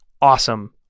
awesome